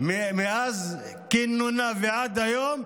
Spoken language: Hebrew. מאז כינונה ועד היום,